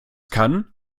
kann